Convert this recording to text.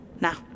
Now